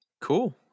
Cool